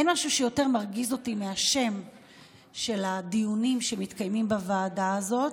אין משהו שיותר מרגיז אותי מהשם של הדיונים שמתקיימים בוועדה הזאת,